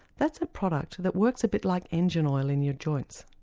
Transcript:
that's a product that works a bit like engine oil in your joints.